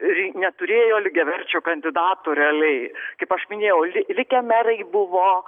neturėjo lygiaverčių kandidatų realiai kaip aš minėjau likę merai buvo